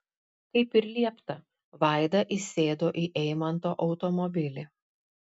kaip ir liepta vaida įsėdo į eimanto automobilį